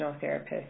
therapist